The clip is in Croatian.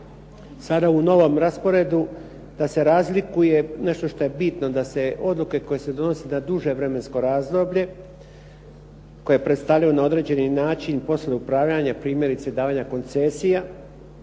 sada u novom rasporedu da se razlikuje nešto što je bitno, da se odluke koje se donose na duže vremensko razdoblje koje predstavljaju na određeni način poslove upravljanja, primjerice davanja koncesija